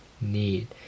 need